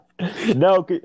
No